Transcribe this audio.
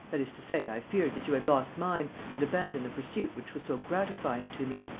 that is to say, i feared that you had lost mine and abandoned the pursuit which was so gratifying to me.